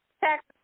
Tax